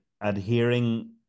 adhering